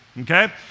okay